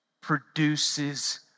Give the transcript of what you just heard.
produces